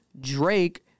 drake